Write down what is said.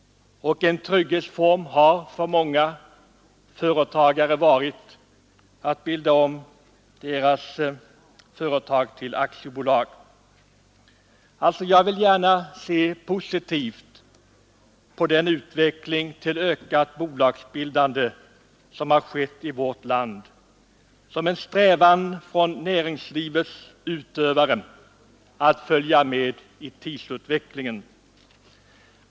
En trygghetsform har för många företagare varit att bilda om sitt företag till aktiebolag. Jag vill alltså gärna se positivt på den utveckling till ökad bolagsbildning som har skett i vårt land, en strävan från näringslivets utövare att följa med i tidsutvecklingen.